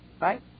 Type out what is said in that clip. right